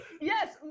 Yes